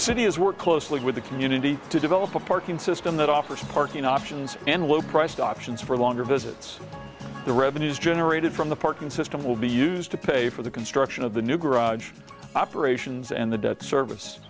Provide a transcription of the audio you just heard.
city has worked closely with the community to develop a parking system that offers parking options and low priced options for longer visits the revenues generated from the parking system will be used to pay for the construction of the new grudge operations and the debt service